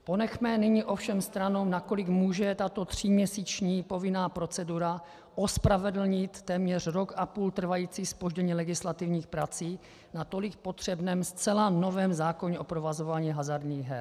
Ponechme nyní ovšem stranou, nakolik může tato tříměsíční povinná procedura ospravedlnit téměř rok a půl trvající zpoždění legislativních prací na tolik potřebném zcela novém zákoně o provozování hazardních her.